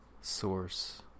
source